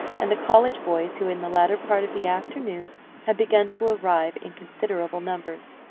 and the college boys who in the latter part of the afternoon had begun to arrive in considerable numbers.